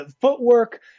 footwork